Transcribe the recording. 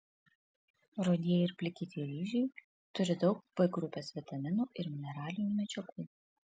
rudieji ir plikyti ryžiai turi daug b grupės vitaminų ir mineralinių medžiagų